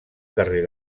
carrer